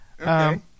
Okay